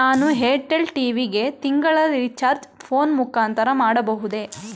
ನಾನು Airtel TV ಗೆ ತಿಂಗಳ ರಿಚಾರ್ಜ್ ಫೋನ್ ಮುಖಾಂತರ ಮಾಡಬಹುದೇ?